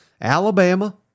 Alabama